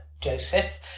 Joseph